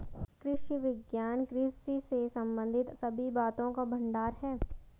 कृषि विज्ञान कृषि से संबंधित सभी बातों का भंडार है